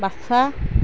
Baksa